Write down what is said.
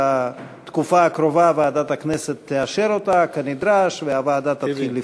בתקופה הקרובה ועדת הכנסת תאשר אותה כנדרש והוועדה תתחיל לפעול.